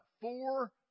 four